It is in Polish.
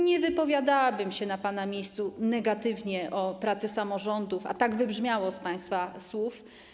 Nie wypowiadałabym się na pana miejscu negatywnie o pracy samorządów, a to wybrzmiało z państwa słów.